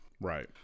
Right